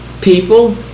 people